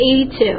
82